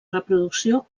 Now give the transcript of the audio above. reproducció